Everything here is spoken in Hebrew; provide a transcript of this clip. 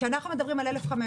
כאשר אנחנו מדברים על 1,500,